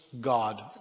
God